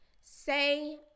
say